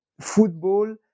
football